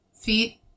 feet